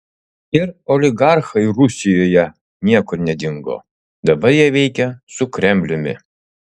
ir oligarchai rusijoje niekur nedingo dabar jie veikia su kremliumi